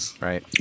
right